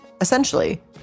Essentially